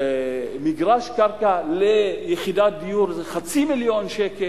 מגרש קרקע ליחידת דיור זה חצי מיליון שקל,